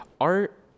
art